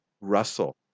Russell